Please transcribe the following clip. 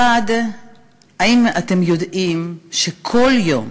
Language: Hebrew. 1. האם אתם יודעים שכל יום,